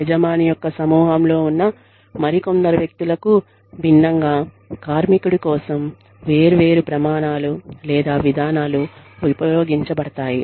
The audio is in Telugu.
యజమాని యొక్క సమూహంలో ఉన్న మరికొందరు వ్యక్తులకు భిన్నంగా కార్మికుడి కోసం వేర్వేరు ప్రమాణాలు లేదా విధానాలు ఉపయోగించబడతాయి